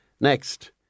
Next